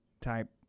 type